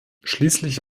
schließlich